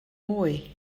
mwy